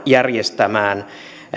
järjestämään